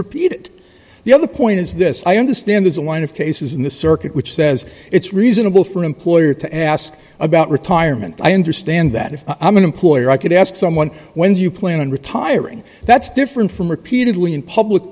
repeated the other point is this i understand there's a line of cases in the circuit which says it's reasonable for employer to ask about retirement i understand that if i'm an employer i could ask someone when do you plan on retiring that's different from repeatedly in public